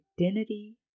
identity